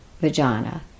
vagina